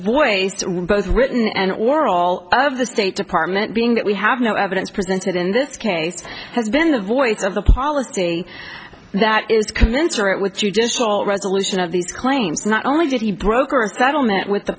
voice both written and or all of the state department being that we have no evidence presented in this case has been the voice of the policy that is commensurate with judicial resolution of the claims not only did he broker a settlement with the